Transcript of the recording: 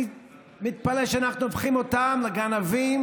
אני מתפלא שאנחנו הופכים אותם לגנבים,